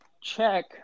check